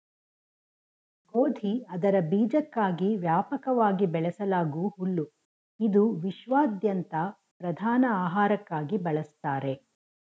ಗೋಧಿ ಅದರ ಬೀಜಕ್ಕಾಗಿ ವ್ಯಾಪಕವಾಗಿ ಬೆಳೆಸಲಾಗೂ ಹುಲ್ಲು ಇದು ವಿಶ್ವಾದ್ಯಂತ ಪ್ರಧಾನ ಆಹಾರಕ್ಕಾಗಿ ಬಳಸ್ತಾರೆ